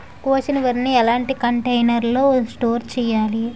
కోసిన వరిని ఎలాంటి కంటైనర్ లో స్టోర్ చెయ్యాలి?